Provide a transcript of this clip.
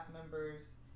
members